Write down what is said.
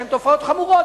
שהן תופעות חמורות,